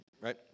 right